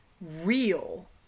real